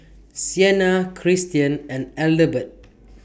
Sienna Kristian and Adelbert